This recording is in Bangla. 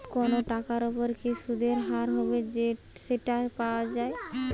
কোনো টাকার ওপর কি সুধের হার হবে সেটা দেখে যাওয়া